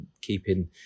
keeping